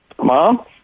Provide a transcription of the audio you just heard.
Mom